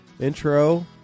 intro